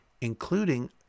including